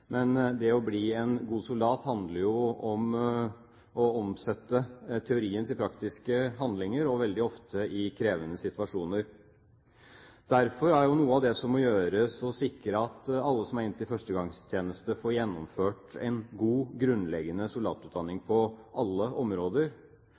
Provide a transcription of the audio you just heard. men det å bli en god soldat handler jo om å omsette teorien til praktiske handlinger, veldig ofte i krevende situasjoner. Derfor er jo noe av det som må gjøres, å sikre at alle som er inne til førstegangstjeneste, får gjennomført en god, grunnleggende soldatutdanning